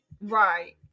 Right